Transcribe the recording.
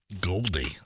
Goldie